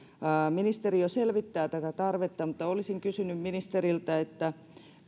ministeri jo selvittää tätä tarvetta mutta olisin kysynyt ministeriltä